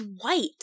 white